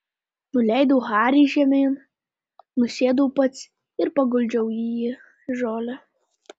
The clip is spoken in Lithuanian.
nuleidau harį žemyn nusėdau pats ir paguldžiau jį į žolę